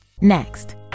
Next